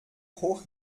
hoch